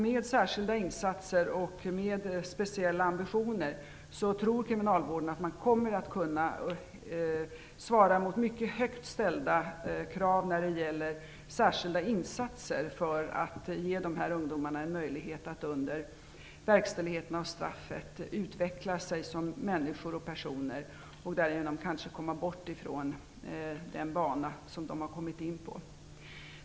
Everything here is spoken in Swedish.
Med särskilda insatser och med speciella ambitioner tror kriminalvården att man kommer att kunna svara mot mycket högt ställda krav när det gäller särskilda insatser för att ge dessa ungdomar möjlighet att under verkställigheten av straffet utveckla sig som människor och personer. Därigenom kan de kanske komma bort från den bana som de har kommit in på.